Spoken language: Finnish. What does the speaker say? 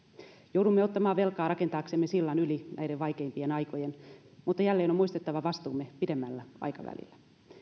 joudumme ottamaan velkaa rakentaaksemme sillan yli näiden vaikeimpien aikojen mutta jälleen on muistettava vastuumme pidemmällä aikavälillä